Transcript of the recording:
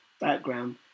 background